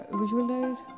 visualize